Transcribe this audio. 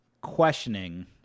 questioning